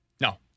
No